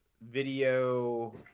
video